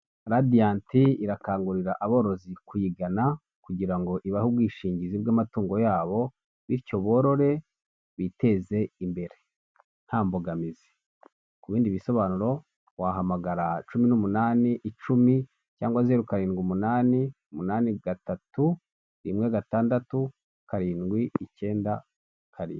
Radiyanti irakangurira aborozi kuyigana kugira ngo ibahe ubwishingizi bw'amatungo yabo, bityo borore biteze imbere nta mbogamizi, ku bindi bisobanuro wahamagara cumi n'umunani icumi cyangwa zero karindwi umunani umunani gatatu rimwe gatandatu karindwi icyenda karindwi.